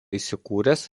įsikūręs